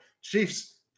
Chiefs